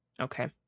Okay